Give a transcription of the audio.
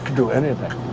do anything